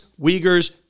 Uyghurs